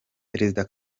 perezida